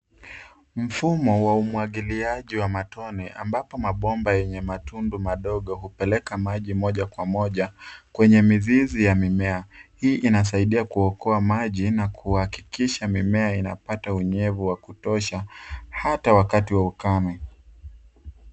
Mfumo wa umwagiliaji wa matone ambapo mabomba yenye matundu madogo hupeleka maji moja kwa moja kwenye mizizi ya mimea. Hii inasaidia kuokoa maji na kuhakikisha mimea inapata unyevu wa kutosha hata wakati wa ukame.